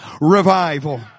revival